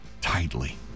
tightly